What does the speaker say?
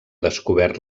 descobert